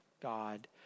God